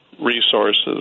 resources